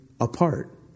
apart